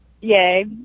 Yay